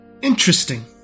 Interesting